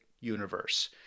universe